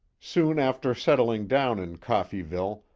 soon after settling down in coffeeville,